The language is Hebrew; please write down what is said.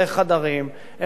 הביא הצעות החלטה,